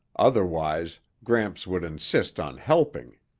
otherwise, gramps would insist on helping.